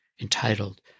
entitled